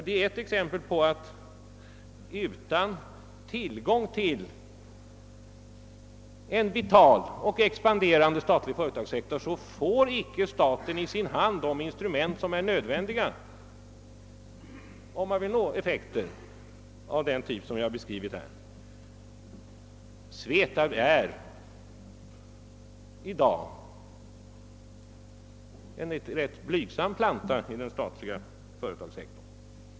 Det är ett exempel på att utan tillgång till en vital och expanderande statlig företagssektor får staten icke i sin hand de instrument som är nödvändiga för att nå effekter av den typ jag beskrivit. SVETAB är i dag en ganska blygsam planta i den statliga företagssektorn.